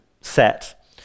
set